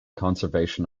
conservation